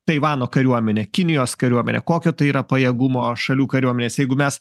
taivano kariuomenė kinijos kariuomenė kokio tai yra pajėgumo šalių kariuomenės jeigu mes